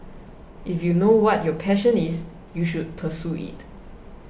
if you know what your passion is you should pursue it